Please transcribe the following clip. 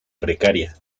precaria